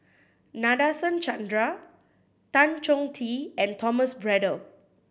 Nadasen Chandra Tan Chong Tee and Thomas Braddell